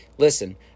listen